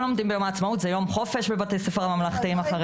זה יום חופש בבתי הספר הממלכתי חרדי.